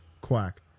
Quack